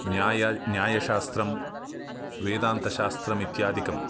न्यायः न्यायशास्त्रं वेदान्तशास्त्रमित्यादिकम्